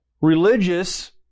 religious